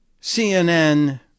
CNN